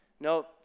No